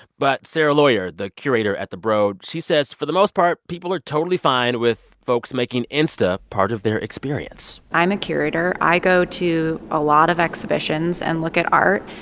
but sarah loyer, the curator at the broad, she says, for the most part, people are totally fine with folks making insta part of their experience i'm a curator. i go to a lot of exhibitions and look at art,